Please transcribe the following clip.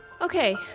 Okay